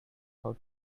how